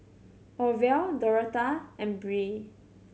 Orvel Dorotha and Brea